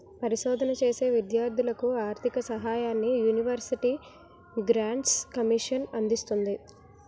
పరిశోధన చేసే విద్యార్ధులకు ఆర్ధిక సహాయాన్ని యూనివర్సిటీ గ్రాంట్స్ కమిషన్ అందిస్తుంది